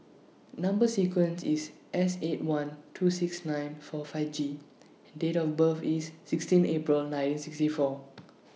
Number sequence IS S eight one two six nine four five G and Date of birth IS sixteen April nineteen sixty four